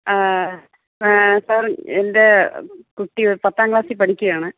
sir എൻ്റെ കുട്ടി ഒരു പത്താം ക്ലാസ്സിൽ പഠിക്കുകയാണ്